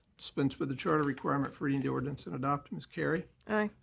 dispense with the charter requirement for reading the ordinance and adopt. ms. carry. aye.